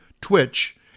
Twitch